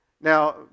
Now